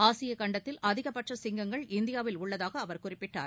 ஆசிய கண்டத்தில் அதிக பட்ச சிங்கங்கள் இந்தியாவில் உள்ளதாக அவர் குறிப்பிட்டார்